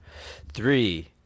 Three